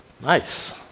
Nice